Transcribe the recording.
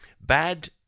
Bad